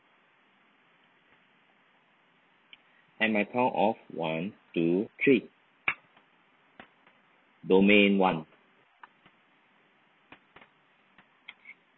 at my count of one to three domain one